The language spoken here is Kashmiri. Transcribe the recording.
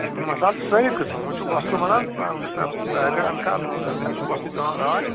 مصالہٕ چھِ سٲری قٕسٕم وۄنۍ چھُ وۄستہٕ وَنان ژٕ اَنکھٕ سا پیکٕڈ اَنکھا لوٗز اَنکھا سُہ وۄستہٕ دِوان راے